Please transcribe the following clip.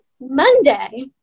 Monday